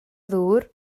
ddŵr